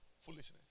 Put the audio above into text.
Foolishness